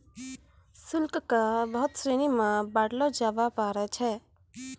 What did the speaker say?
शुल्क क बहुत श्रेणी म बांटलो जाबअ पारै छै